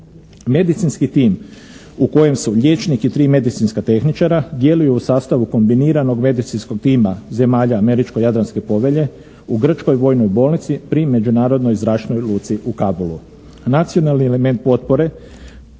Medicinski tim u kojem su liječnik i 3 medicinska tehničara djeluju u sastavu kombiniranog medicinskog tima zemalja Američko-jadranske povelje, u grčkoj vojnoj bolnici pri međunarodnoj zračnoj luci u Kabulu. Nacionalni element potpore